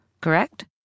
correct